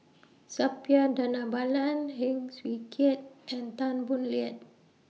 Suppiah Dhanabalan Heng Swee Keat and Tan Boo Liat